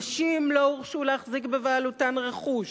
נשים לא הורשו להחזיק בבעלותן רכוש,